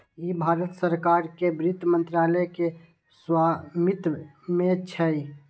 ई भारत सरकार के वित्त मंत्रालय के स्वामित्व मे छै